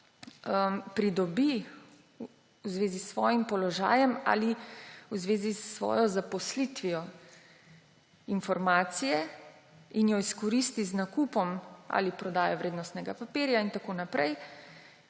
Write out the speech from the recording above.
»pridobi v zvezi s svojim položajem ali v zvezi s svojo zaposlitvijo, in jo izkoristi z nakupom ali prodajo vrednostnega papirja,« in tako naprej,